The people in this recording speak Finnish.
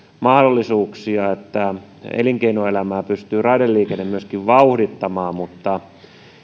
mahdollisuuksia että elinkeinoelämää pystyy raideliikenne myöskin vauhdittamaan mutta